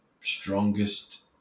strongest